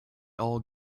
all